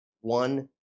one